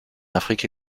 afrique